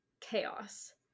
chaos